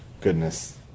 goodness